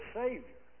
savior